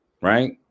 Right